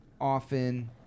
often